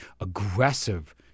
aggressive